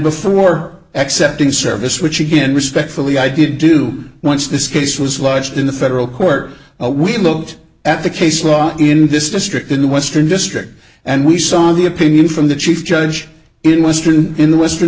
before accepting service which again respectfully i did do once this case was lodged in the federal court we looked at the case law in this district in the western district and we saw the opinion from the chief judge in western in the western